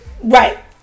Right